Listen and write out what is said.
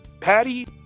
Patty